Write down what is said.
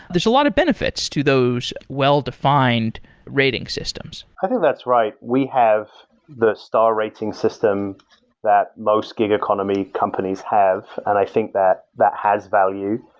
there's a lot of benefits to those well-defined rating systems. i think that's right. we have the star rating system that most gig economy companies have, an di think that that has value,